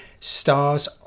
stars